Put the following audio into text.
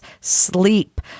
sleep